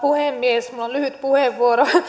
puhemies minulla on lyhyt puheenvuoro